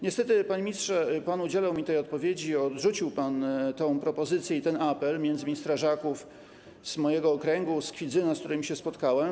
Niestety, panie ministrze, pan udzielał mi tej odpowiedzi, odrzucił pan tę propozycję i ten apel, m.in. strażaków z mojego okręgu, z Kwidzyna, z którymi się spotkałem.